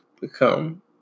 become